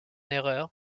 erreur